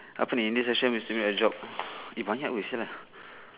apa ni in this session you a job eh banyak [pe] sia lah